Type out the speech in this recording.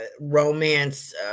romance